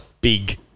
big